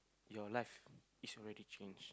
your life is already change